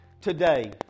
today